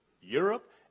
Europe